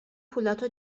پولهاتو